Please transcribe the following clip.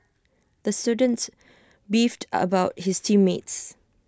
the students beefed about his team mates